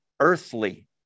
Earthly